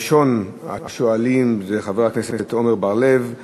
ראשון השואלים הוא חבר הכנסת עמר בר-לב,